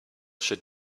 should